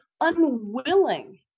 unwilling